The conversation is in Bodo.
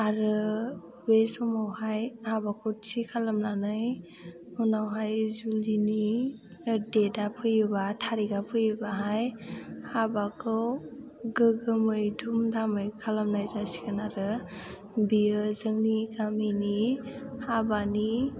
आरो बे समावहाय हाबाखौ थि खालामनानै उनावहाय जुलिनि डेटआ फैयोबा तारिखा फैयोबाहाय हाबाखौ गोगोमै धुम धामै खालामनाय जासिगोन आरो बेयो जोंनि गामिनि हाबानि